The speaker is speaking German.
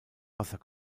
wasser